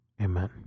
Amen